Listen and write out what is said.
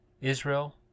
Israel